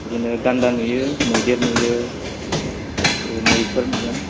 बिदिनो गान्दा नुयो मैदेर नुयो मैफोर नुगोन